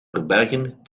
verbergen